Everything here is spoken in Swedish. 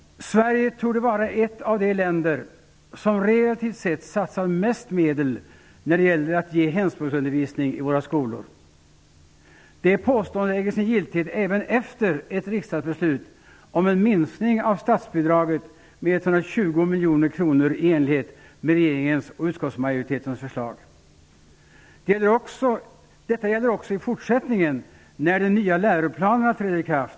Sverige torde vara ett av de länder som relativt sett satsar mest medel när det gäller att ge hemspråksundervisning i våra skolor. Det påståendet äger sin giltighet även efter ett riksdagsbeslut om en minskning av statsbidraget med 120 miljoner kronor i enlighet med regeringens och utskottsmajoritetens förslag. Detta gäller också i fortsättningen, när de nya läroplanerna träder i kraft.